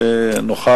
שנוכל,